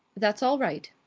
that's all right.